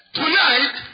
tonight